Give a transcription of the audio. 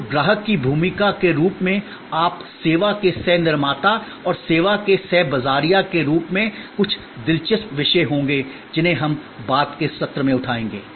तो ग्राहक की भूमिका के रूप में आप सेवा के सह निर्माता और सेवा के सह बाज़ारिया के रूप में कुछ दिलचस्प विषय होंगे जिन्हें हम बाद के सत्र में उठाएंगे